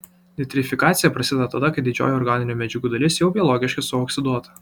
nitrifikacija prasideda tada kai didžioji organinių medžiagų dalis jau biologiškai suoksiduota